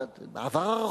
ראש אגף במוסד בעבר הרחוק,